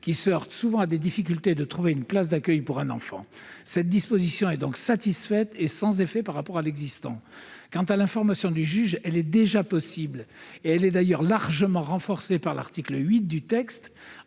se heurte à la difficulté de trouver une place d'accueil pour l'enfant. Cette disposition est donc satisfaite et sans effet par rapport à l'existant. Quant à l'information du juge, elle est déjà possible. Elle est d'ailleurs largement renforcée par l'article 8, en